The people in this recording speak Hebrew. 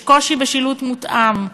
יש קושי בשילוט מותאם,